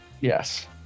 Yes